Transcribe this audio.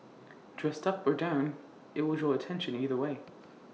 dressed up or down IT will draw attention either way